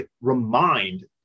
remind